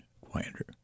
quieter